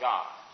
God